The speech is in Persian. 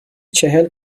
چهل